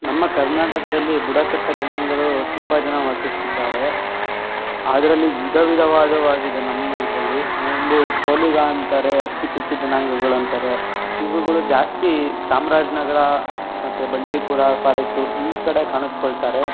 ನಮ್ಮ ಕರ್ನಾಟಕದಲ್ಲಿ ಬುಡಕಟ್ಟು ಜನಾಂಗಗಳು ತುಂಬ ಜನ ವಾಸಿಸ್ತಿದ್ದಾರೆ ಅದರಲ್ಲಿ ವಿಧ ವಿಧವಾದವಾಗಿದೆ ನಮ್ಮ ಇದರಲ್ಲಿ ಒಂದು ಸೋಲಿಗ ಅಂತಾರೆ ಹಕ್ಕಿಪಿಕ್ಕಿ ಜನಾಂಗಗಳು ಅಂತಾರೆ ಇವರುಗಳು ಜಾಸ್ತಿ ಚಾಮ್ರಾಜ ನಗರ ಮತ್ತು ಬಂಡೀಪುರ ಫಾರೆಸ್ಟು ಈ ಕಡೆ ಕಾಣಿಸ್ಕೊಳ್ತಾರೆ